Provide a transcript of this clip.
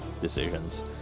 decisions